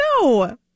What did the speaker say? No